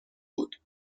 بود